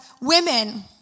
women